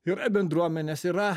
yra bendruomenės yra